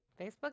Facebook